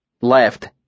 Left